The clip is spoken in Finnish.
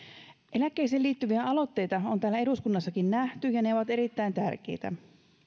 eläkkeisiin liittyviä aloitteita on täällä eduskunnassakin nähty ja ne ovat erittäin tärkeitä